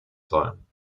sollen